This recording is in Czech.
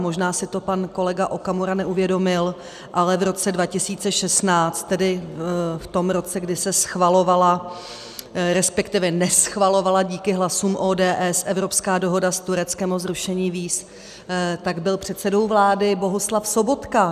Možná si to pan kolega Okamura neuvědomil, ale v roce 2016, tedy v tom roce, kdy se schvalovala, resp. neschvalovala díky hlasům ODS, evropská dohoda s Tureckem o zrušení víz, tak byl předsedou vlády Bohuslav Sobotka.